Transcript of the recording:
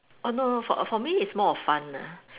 oh no no for for me it's more of fun lah